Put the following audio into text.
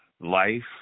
life